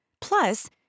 Plus